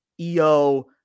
EO